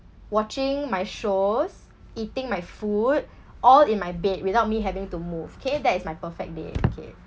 watching my shows eating my food all in my bed without me having to move kay that is my perfect day okay